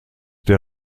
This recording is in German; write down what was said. der